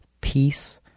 peace